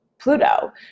Pluto